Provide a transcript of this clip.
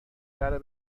درو